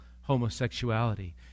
homosexuality